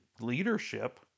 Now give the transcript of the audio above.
leadership